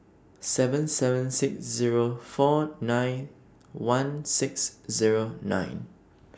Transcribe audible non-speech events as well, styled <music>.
seven seven six Zero four nine one six Zero nine <noise>